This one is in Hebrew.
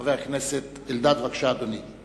חבר הכנסת אלדד, בבקשה, אדוני.